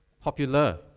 popular